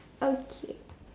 okay